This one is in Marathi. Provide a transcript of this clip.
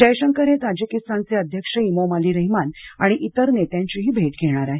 जयशंकर हे ताजिकिस्तानचे अध्यक्ष इमोमाली रेहमान आणि इतर नेत्यांचीही भेट घेणार आहेत